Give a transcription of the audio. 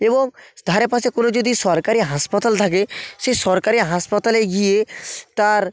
এবং ধারে পাশে কোনো যদি সরকারি হাসপাতাল থাকে সেই সরকারি হাসপাতালে গিয়ে তার